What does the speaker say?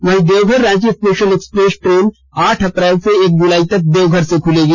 वहीं Deoghar Ranchi special express train आठ अप्रैल से एक जुलाई तक देवघर से खुलेगी